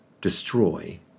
destroy